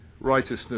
righteousness